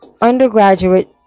undergraduate